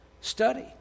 study